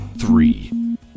Three